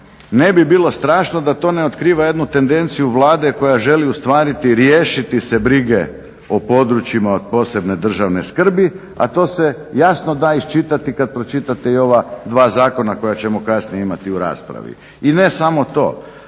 ne bi bilo strašno da to ne otkriva jednu tendenciju Vlade koja želi ustvari riješiti se brige o područjima od posebne državne skrbi, a to se jasno da iščitati kad pročitate i ova dva zakona koja ćemo kasnije imati u raspravi. I ne samo to,